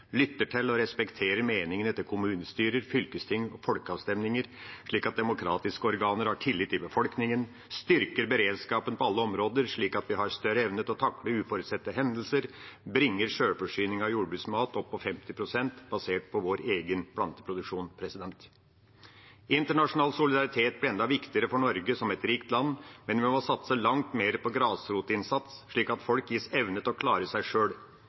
lytter til og respekterer meningene til kommunestyrer, fylkesting og folkeavstemninger slik at demokratiske organer har tillit i befolkningen, styrker beredskapen på alle områder, slik at vi har større evne til å takle uforutsette hendelser, og bringer sjølforsyning av jordbruksmat opp på 50 pst. basert på vår egen planteproduksjon. Internasjonal solidaritet blir enda viktigere for Norge som et rikt land, men vi må satse langt mer på grasrotinnsats, slik at folk gis evne til å klare seg sjøl.